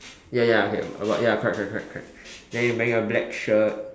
ya ya okay but ya correct correct correct then wearing a black shirt